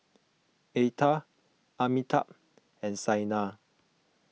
Atal Amitabh and Saina